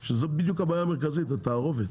שזו בדיוק הבעיה המרכזית, התערובת